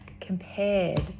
compared